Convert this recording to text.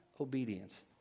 obedience